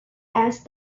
asked